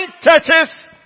churches